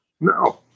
No